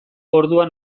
orduan